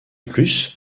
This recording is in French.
plus